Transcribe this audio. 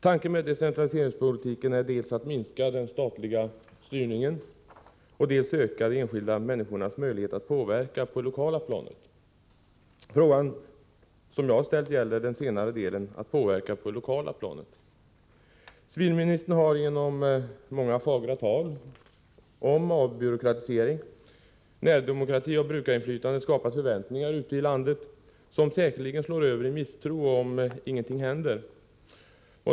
Tanken bakom decentraliseringspolitiken är dels att minska den statliga styrningen, dels öka de enskilda människornas möjligheter till inflytande på det lokala planet. Den fråga som jag har ställt gäller den senare delen, nämligen inflytandet på det lokala planet. Civilministern har genom många fagra tal om avbyråkratisering, närdemokrati och brukarinflytande skapat förväntningar ute i landet som säkerligen slår över i misstro om ingenting händer.